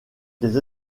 des